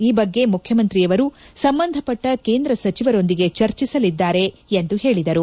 ಈ ಬಗ್ಗೆ ಮುಖ್ಯಮಂತ್ರಿಯವರು ಸಂಬಂಧಪಟ್ಟ ಕೇಂದ್ರ ಸಚಿವರೊಂದಿಗೆ ಚರ್ಚಿಸಲಿದ್ದಾರೆ ಎಂದು ಹೇಳಿದರು